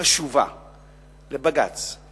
קשובה לבג"ץ.